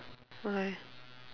why